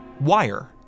wire